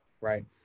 right